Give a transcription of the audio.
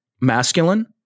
masculine